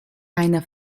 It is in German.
eine